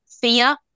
fear